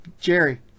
Jerry